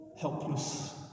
helpless